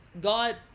God